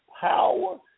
power